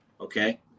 okay